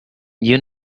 you